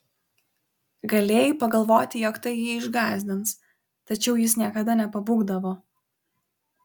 galėjai pagalvoti jog tai jį išgąsdins tačiau jis niekada nepabūgdavo